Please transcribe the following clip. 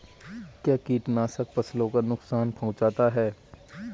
क्या कीटनाशक फसलों को नुकसान पहुँचाते हैं?